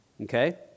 okay